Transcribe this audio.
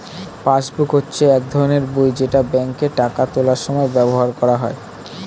passbook হচ্ছে এক ধরনের বই যেটা ব্যাংকে টাকা তোলার সময় ব্যবহার করা হয়